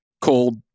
Cold